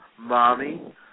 mommy